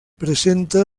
presenta